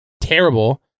terrible